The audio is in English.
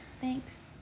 Thanks